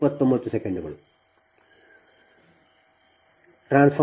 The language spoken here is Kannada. u ಸರಿ